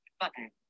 button